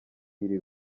iri